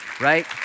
right